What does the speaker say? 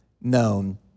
known